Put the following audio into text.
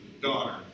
daughter